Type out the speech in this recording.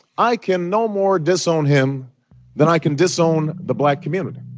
i can no more disown him than i can disown the black community.